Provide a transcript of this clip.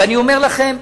ואני אומר לכם,